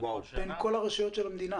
בין כל הרשויות של המדינה.